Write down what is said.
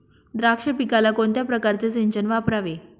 द्राक्ष पिकाला कोणत्या प्रकारचे सिंचन वापरावे?